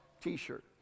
t-shirt